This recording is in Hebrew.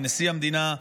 עם נשיא המדינה,